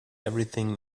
everything